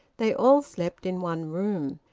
they all slept in one room.